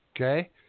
Okay